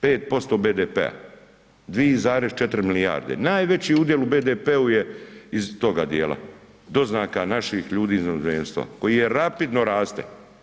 5% BDP-a, 2,4 milijarde, najveći udjel u BDP-u je iz toga dijela, doznaka naših ljudi iz inozemstva koji rapidno raste.